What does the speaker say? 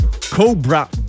Cobra